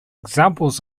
examples